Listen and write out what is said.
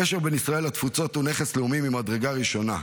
הקשר בין ישראל לתפוצות הוא נכס לאומי ממדרגה ראשונה.